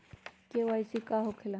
KYC का होला?